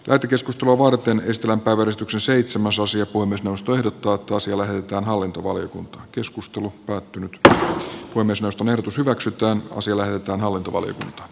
tätä keskustelua varten ystävänpäivän rxeseitsemän suosio on myös mustui erottuvat toisilleen ja hallintovaliokunta keskustulkkaa tää voi myös oston ehdotus hyväksytään osille joita untuvalle